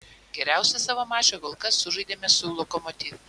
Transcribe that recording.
geriausią savo mačą kol kas sužaidėme su lokomotiv